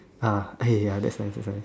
ah eh ya that's nice that's nice